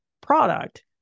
product